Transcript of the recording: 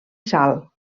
sal